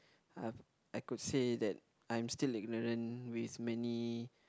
uh I could say that I'm still ignorant with many